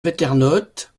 paternotte